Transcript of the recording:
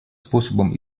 способом